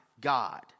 God